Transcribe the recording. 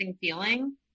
feeling